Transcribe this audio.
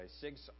six